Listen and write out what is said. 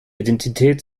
identität